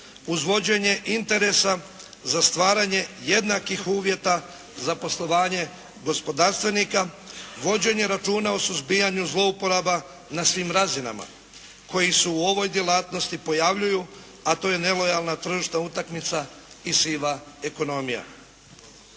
uz vođenje interesa za stvaranje jednakih uvjeta za poslovanje gospodarstvenika, vođenje računa o suzbijanju zlouporaba na svim razinama koji se u ovoj djelatnosti pojavljuju, a to je nelojalna tržišna utakmica i siva ekonomija.